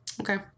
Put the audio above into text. Okay